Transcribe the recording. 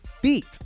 feet